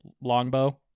longbow